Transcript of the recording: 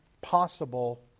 possible